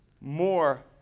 more